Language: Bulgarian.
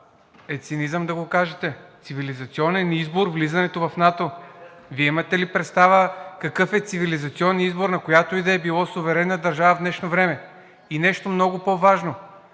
е цинизъм да го кажете. Цивилизационен избор – влизането в НАТО! Вие имате ли представа какъв е цивилизационният избор на която и да било суверенна държава в днешно време?! И нещо много по-важно.